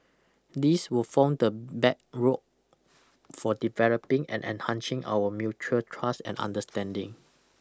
this will form the bedrock for developing and enhancing our mutual trust and understanding